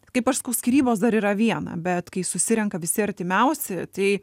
kaip aš sakau skyrybos dar yra viena bet kai susirenka visi artimiausi tai